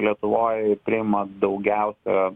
lietuvoj priima daugiausia